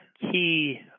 key